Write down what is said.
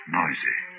noisy